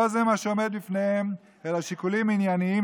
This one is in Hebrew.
לא זה מה שעמד בפניו אלא שיקולים ענייניים